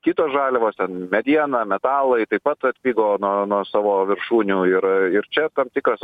kitos žaliavos ten mediena metalai taip pat atpigo nuo nuo savo viršūnių ir ir čia tam tikras